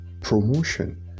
promotion